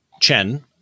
Chen